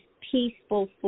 peaceful